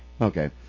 Okay